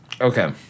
Okay